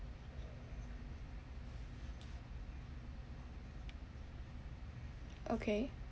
okay